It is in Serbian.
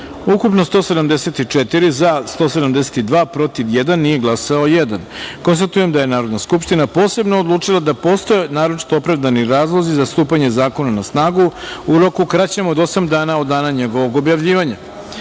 ukupno – 176, za - 174, protiv – jedan, nije glasao – jedan. Konstatujem da je Narodna skupština posebno odlučila da postoje naročito opravdani razlozi za stupanje zakona na snagu u roku kraćem od osam dana od dana njegovog objavljivanja. Stavljam